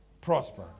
prosper